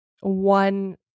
one